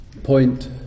Point